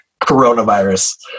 coronavirus